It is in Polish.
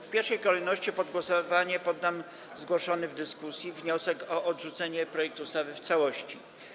W pierwszej kolejności pod głosowanie poddam zgłoszony w dyskusji wniosek o odrzucenie projektu ustawy w całości.